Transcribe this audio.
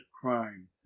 crime